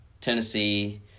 Tennessee